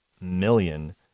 million